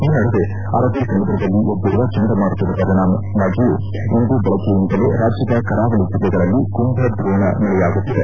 ಈ ನಡುವೆ ಅರಲ್ಲೀ ಸಮುದ್ರದಲ್ಲಿ ಎದ್ದಿರುವ ಚಂಡಮಾರುತದ ಪರಿಣಾಮವಾಗಿಯೂ ಇಂದು ವೆಳ್ಗಿನಿಂದಲೇ ರಾಜ್ಯದ ಕರಾವಳ ದಲ್ಲಿಗಳಲ್ಲಿ ಕುಂಭದ್ರೋಣ ಮಳೆಯಾಗುತ್ತಿದೆ